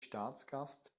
staatsgast